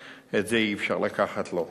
את זה אי-אפשר לקחת ממנו.